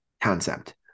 concept